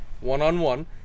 one-on-one